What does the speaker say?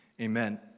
Amen